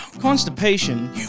constipation